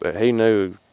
ah he knew,